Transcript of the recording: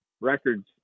records